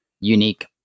unique